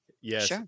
Yes